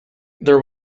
there